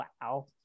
Wow